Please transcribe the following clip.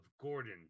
Gordon